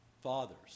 fathers